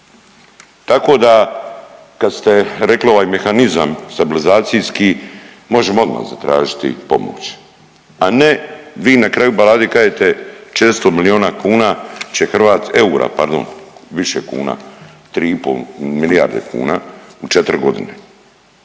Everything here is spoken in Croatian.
Tako da, kad ste rekli ovaj Mehanizam, stabilizacijski, možemo odmah zatražiti pomoć. A ne, vi na kraju balade kažete 400 milijuna kuna će .../nerazumljivo/... eura pardon, više kuna, 3,5 milijarde kuna u 4 godine,